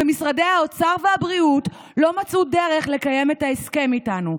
"משרדי האוצר והבריאות לא מצאו דרך לקיים את ההסכם איתנו.